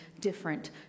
different